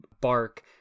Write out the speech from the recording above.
bark